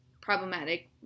problematic